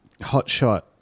hotshot